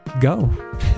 go